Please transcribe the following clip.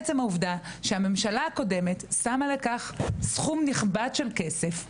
עצם העובדה שהממשלה הקודמת שמה לכך סכום נכבד של כסף,